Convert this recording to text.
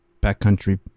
backcountry